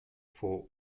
for